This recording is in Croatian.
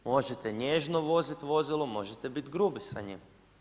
Možete nježno voziti vozilo, možete biti grubi sa njim.